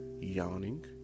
yawning